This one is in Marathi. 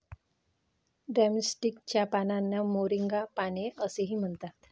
ड्रमस्टिक च्या पानांना मोरिंगा पाने असेही म्हणतात